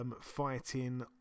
fighting